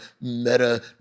meta